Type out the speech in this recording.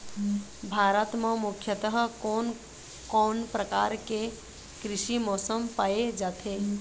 भारत म मुख्यतः कोन कौन प्रकार के कृषि मौसम पाए जाथे?